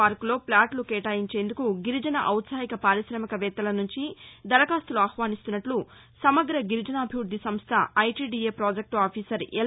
పార్కులో ప్లాట్లు కేటాయించేందుకు గిరిజన ఔత్సాహిక పార్కాహికవేత్తల నుంచి దరఖాస్తులు ఆహ్వానిస్తున్నట్లు సమగ్ర గిరిజనాభివృద్ది సంస్ట ఐటీడీఏ ప్రాజెక్ట్ ఆఫీసర్ ఎల్